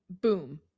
boom